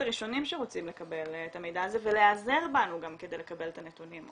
הראשונים שרוצים לקבל את המידע הזה ולהיעזר בנו גם כדי לקבל את הנתונים,